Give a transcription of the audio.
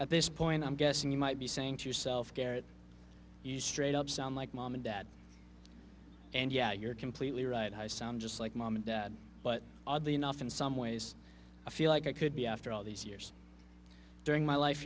at this point i'm guessing you might be saying to yourself garrett you straight up sound like mom and dad and yeah you're completely right i sound just like mom and dad but oddly enough in some ways i feel like i could be after all these years during my life